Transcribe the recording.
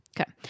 Okay